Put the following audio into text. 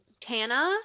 Tana